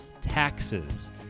taxes